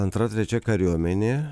antra trečia kariuomenė